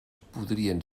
podrien